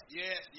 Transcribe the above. yes